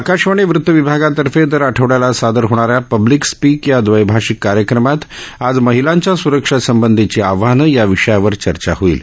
आकाशवाणी वृत्तविभागातर्फे दर आठवड्याला सादर होणा या पब्लिक स्पिक या दवैभाषिक कार्यक्रमात आज महिलांच्या सुरक्षेसबंधीची आव्हानं या विषयावर चर्चा होईल